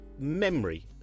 memory